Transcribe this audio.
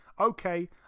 Okay